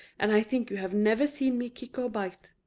and i think you have never seen me kick or bite.